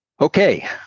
Okay